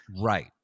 Right